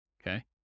Okay